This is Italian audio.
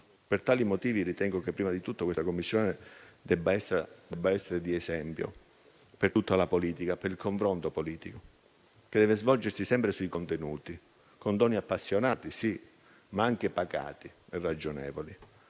Per tali motivi, ritengo che prima di tutto questa Commissione debba essere di esempio per tutta la politica e per il confronto politico che deve svolgersi sempre sui contenuti con toni appassionati, sì, ma anche pacati e ragionevoli,